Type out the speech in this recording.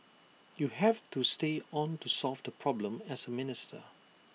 you have to stay on to solve the problem as A minister